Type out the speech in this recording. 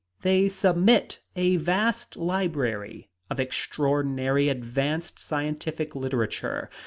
they submit a vast library of extraordinarily advanced scientific literature,